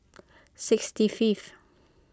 sixty fifth